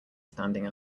standing